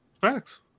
Facts